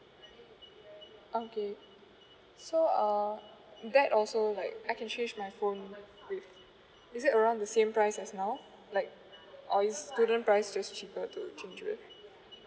okay so uh that also like I can change my phone with is it around the same price as now like or is student price just cheaper to change to